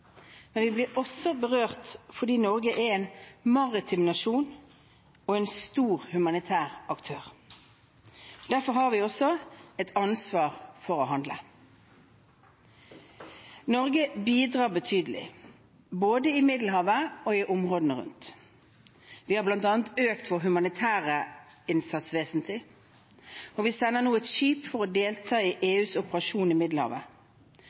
vi blir også berørt fordi Norge er en maritim nasjon og en stor humanitær aktør. Derfor har vi også et ansvar for å handle. Norge bidrar betydelig – både i Middelhavet og i områdene rundt. Vi har bl.a. økt vår humanitære innsats vesentlig, og vi sender nå et skip for å delta i EUs operasjon i Middelhavet.